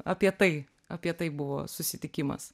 apie tai apie tai buvo susitikimas